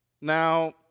Now